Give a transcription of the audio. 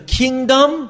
kingdom